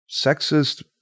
sexist